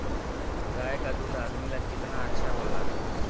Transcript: गाय का दूध आदमी ला कितना अच्छा होला?